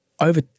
over